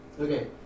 Okay